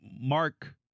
Mark